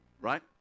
right